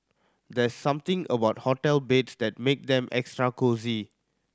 there's something about hotel beds that make them extra cosy